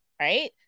right